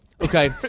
okay